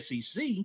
SEC